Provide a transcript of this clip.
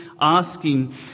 asking